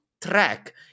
track